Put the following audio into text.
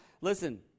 listen